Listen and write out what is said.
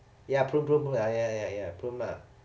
ya problem lah ya ya ya promote